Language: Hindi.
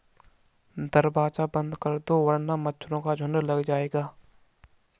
दरवाज़ा बंद कर दो वरना मच्छरों का झुंड लग जाएगा